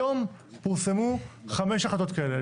היום פורסמו חמש החלטות כאלה.